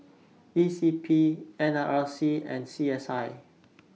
E C P N R I C and C S I